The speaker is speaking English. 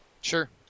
Sure